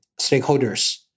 stakeholders